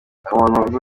umuntu